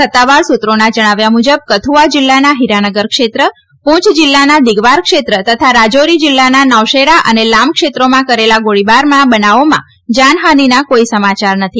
સત્તાવાર સૂત્રોના જણાવ્યા મુજબ કથુઆ જિલ્લાના હિરાનગર ક્ષેત્ર પૂંછ જિલ્લાના દિગવાર ક્ષેત્ર તથા રાજૌરી જિલ્લાના નૌશેરા અને લામ ક્ષેત્રોમાં કરેલા ગોળીબારોના બનાવોમાં જાનહાનીના કોઈ સમાચાર નથી